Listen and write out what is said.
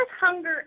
hunger